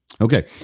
Okay